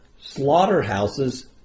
slaughterhouses